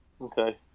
Okay